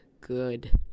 good